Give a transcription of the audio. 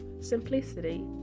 simplicity